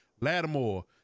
Lattimore